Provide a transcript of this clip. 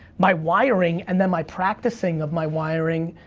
my wiring, and then, my practicing of my wiring,